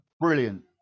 brilliant